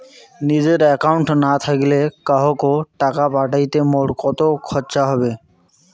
নিজের একাউন্ট না থাকিলে কাহকো টাকা পাঠাইতে মোর কতো খরচা হবে?